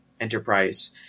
Enterprise